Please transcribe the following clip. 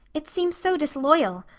it seems so disloyal.